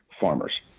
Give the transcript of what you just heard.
farmers